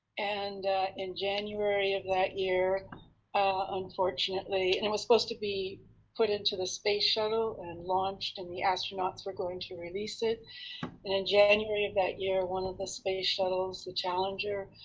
and in january of that year ah unfortunately. and it was supposed to be put into the space shuttle and launched, and the astronauts were going to release it. and in january of that year one of the space shuttles, the challenger,